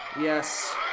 Yes